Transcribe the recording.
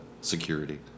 security